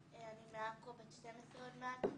אני מעכו, בן 12 עוד מעט.